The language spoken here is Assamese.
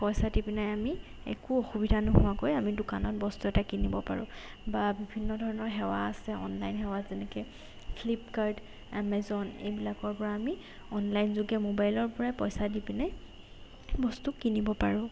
পইচা দি পিনে আমি একো অসুবিধা নোহোৱাকৈ আমি দোকানত বস্তু এটা কিনিব পাৰোঁ বা বিভিন্ন ধৰণৰ সেৱা আছে অনলাইন সেৱা যেনেকৈ ফ্লিপকাৰ্ট এমেজন এইবিলাকৰ পৰা আমি অনলাইন যোগে মোবাইলৰ পৰাই পইচা দি পিনে বস্তু কিনিব পাৰোঁ